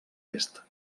est